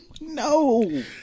no